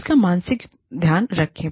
इसका मानसिक ध्यान रखें